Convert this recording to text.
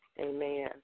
Amen